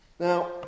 Now